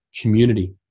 community